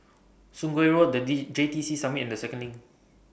Sungei Road The D J T C Summit and The Second LINK